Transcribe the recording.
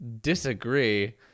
disagree